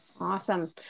Awesome